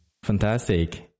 fantastic